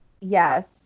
Yes